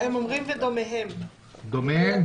דומיהם?